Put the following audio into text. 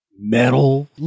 metal